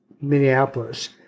Minneapolis